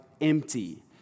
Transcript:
empty